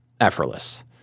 effortless